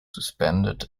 suspended